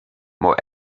more